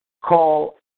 call